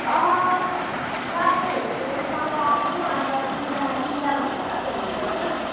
साथीहरूसँग आउँछु अन्त दुइजना तिनजना हुन्छ होला हो फ्यामिलीबाट